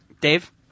Dave